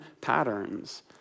patterns